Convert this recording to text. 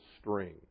string